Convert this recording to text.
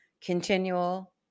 Continual